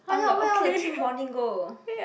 where all the team bonding go